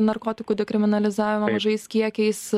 narkotikų dekriminalizavimo mažais kiekiais